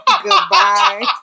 Goodbye